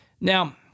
Now